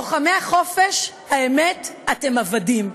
לוחמי החופש, האמת, אתם עבדים,